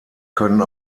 können